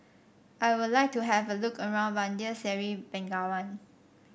I would like to have a look around Bandar Seri Begawan